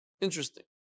Interesting